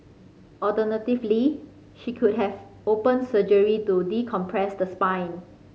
alternatively she could have open surgery to decompress the spine